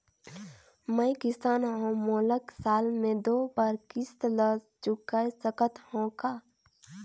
मैं किसान हव मोला साल मे दो बार किस्त ल चुकाय सकत हव का?